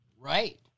Right